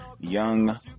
young